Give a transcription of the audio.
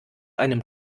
einem